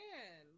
Man